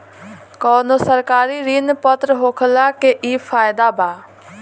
कवनो सरकारी ऋण पत्र होखला के इ फायदा बा